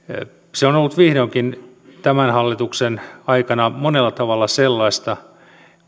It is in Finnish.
se on ollut vihdoinkin tämän hallituksen aikana monella tavalla sellaista